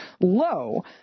low